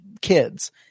kids